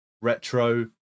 retro